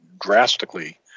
drastically